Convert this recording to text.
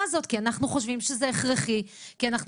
הזאת כי אנחנו חושבים שזה הכרחי ורצוי.